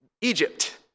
Egypt